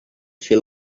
she